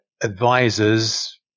advisors